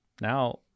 Now